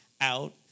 out